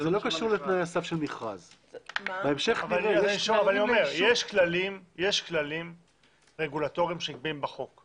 יש כללים רגולטוריים שקבועים בחוק.